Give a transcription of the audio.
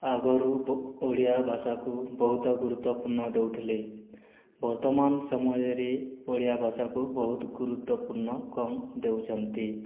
ଆଗରୁ ଓଡ଼ିଆ ଭାଷାକୁ ବହୁତ ଗୁରୁତ୍ଵପୂର୍ଣ୍ଣ ଦେଉଥିଲେ ବର୍ତ୍ତମାନ ସମୟରେ ଓଡ଼ିଆ ଭାଷାକୁ ବହୁତ ଗୁରୁତ୍ୱପୂର୍ଣ୍ଣ କମ୍ ଦେଉଛନ୍ତି